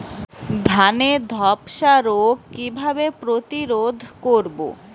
ধানে ধ্বসা রোগ কিভাবে প্রতিরোধ করব?